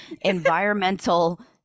environmental